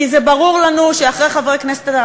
כי זה ברור לנו שאחרי חברי הכנסת,